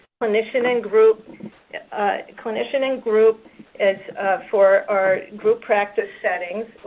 clinician and group clinician and group is for our group practice setting,